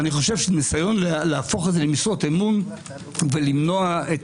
הניסיון להפוך את זה למשרות אמון ולמנוע את